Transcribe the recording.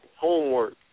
homework